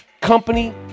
Company